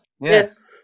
Yes